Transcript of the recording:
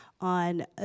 on